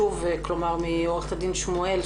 כלומר מעוה"ד שמואל,